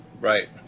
Right